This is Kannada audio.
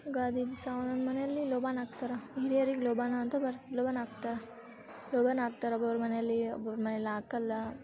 ಯುಗಾದಿ ದಿವಸ ಒಂದೊಂದು ಮನೆಯಲ್ಲಿ ಲೋಬಾನ ಹಾಕ್ತಾರಾ ಹಿರೇರಿಗೆ ಲೋಬಾನ ಅಂತ ಬರತ್ತೆ ಲೋಬಾನ ಹಾಕ್ತಾರಾ ಲೋಬಾನ ಹಾಕ್ತಾರ ಒಬ್ಬೊಬ್ರ ಮನೆಯಲ್ಲಿ ಒಬ್ಬೊಬ್ರ ಮನೆಯಲ್ಲಿ ಹಾಕಲ್ಲ